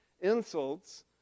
Insults